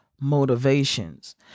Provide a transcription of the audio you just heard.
motivations